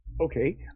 Okay